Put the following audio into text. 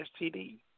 STD